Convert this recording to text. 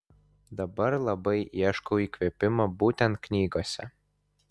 dabar labai ieškau įkvėpimo būtent knygose